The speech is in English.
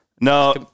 No